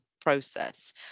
process